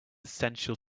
essential